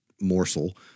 morsel